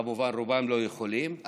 כמובן רובם לא יכולים,